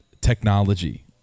technology